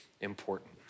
important